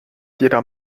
jeder